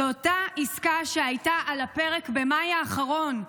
זו אותה עסקה שהייתה על הפרק במאי האחרון.